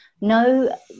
no